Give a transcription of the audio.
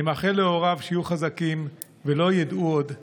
אני מאחל להוריו שיהיו חזקים ולא ידעו עוד צער.